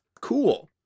cool